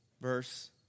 verse